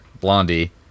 Blondie